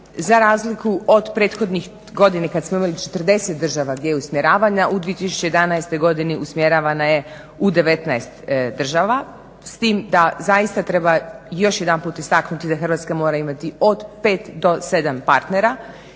Za razliku od prethodnih godina kada smo imali 40 država gdje je usmjeravanja, u 2011. Usmjeravana je u 19 država s tim da zaista treba još jedanput istaknuti da Hrvatska mora imati od 5-7 partnera